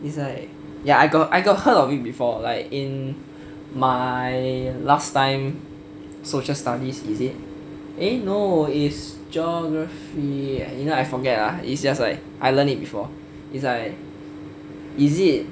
it's like ya I got I got heard of it before like in my last time social studies is it eh no it's geography you know I forget lah it's just like I learned it before it's like is it